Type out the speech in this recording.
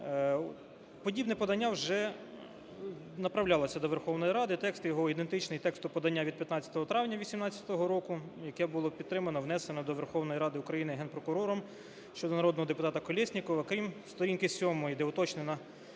Подібне подання вже направлялось до Верховної Ради, текст його ідентичний тексту подання від 15 травня 18-го року, яке було підтримано і внесено до Верховної Ради України Генпрокурором щодо народного депутата Колєснікова, крім сторінки 7-ї, де уточнена